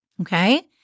Okay